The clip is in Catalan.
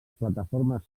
plataformes